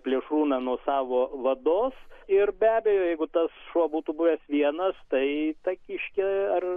plėšrūną nuo savo vados ir be abejo jeigu tas šuo būtų buvęs vienas tai tą kiškę ar